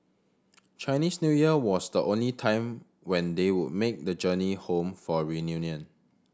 Chinese New Year was the only time when they would make the journey home for a reunion